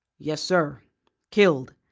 yes, sir killed,